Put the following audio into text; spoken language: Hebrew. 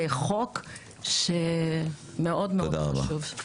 זה חוק מאוד מאוד חשוב.